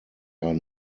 are